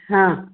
हा